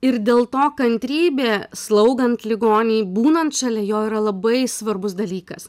ir dėl to kantrybė slaugant ligonį būnant šalia jo yra labai svarbus dalykas